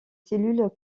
cellules